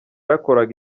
yakoraga